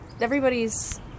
everybody's